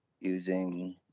using